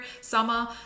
summer